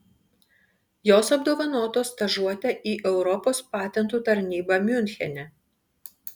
jos apdovanotos stažuote į europos patentų tarnybą miunchene